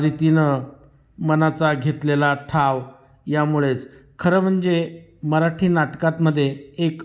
रीतीनं मनाचा घेतलेला ठाव यामुळेच खरं म्हणजे मराठी नाटकातमध्ये एक